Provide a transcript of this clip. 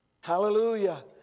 Hallelujah